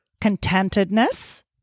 contentedness